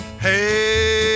Hey